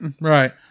Right